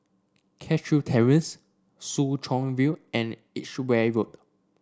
Cashew Terrace Soo Chow View and Edgeware Road